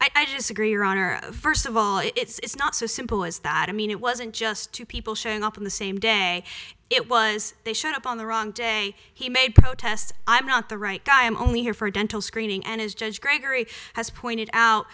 here i disagree your honor first of all it's not so simple as that i mean it wasn't just two people showing up on the same day it was they showed up on the wrong day he may protest i'm not the right guy i'm only here for a dental screening and as judge gregory has pointed out